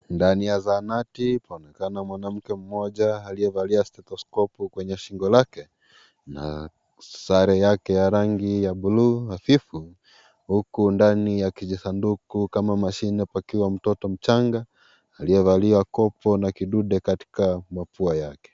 Ndani ya zahanati paonekana mwanamke mmoja aliyevalia stethoskopu kwenye shingo lake na sare yake ya rangi ya buluu hafifu huku ndani ya kidisanduku kama mashine pakiwa mtoto mchanga aliyevalia kopo na kidude katika mapua yake.